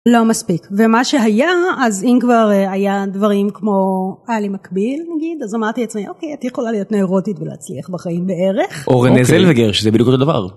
לא מספיק ומה שהיה אז אם כבר היה דברים כמו אלי מקביל נגיד. אז אמרתי אצלי אוקיי את יכולה להיות ניורוטית ולהצליח בחיים בערך. אורן נזל וגרש זה בדיוק אותו דבר.